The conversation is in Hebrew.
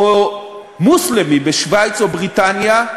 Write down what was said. או מוסלמי בשווייץ או בבריטניה,